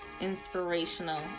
inspirational